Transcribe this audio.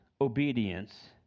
obedience